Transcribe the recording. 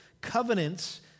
covenants